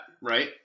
right